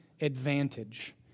advantage